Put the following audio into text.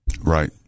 Right